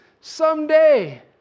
someday